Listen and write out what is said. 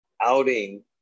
outing